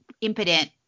impotent